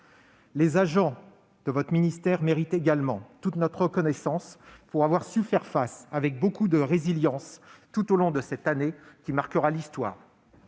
Les agents de votre ministère méritent aussi toute notre reconnaissance, pour avoir su faire face, avec beaucoup de résilience, tout au long de cette année qui marquera l'histoire.